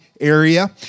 area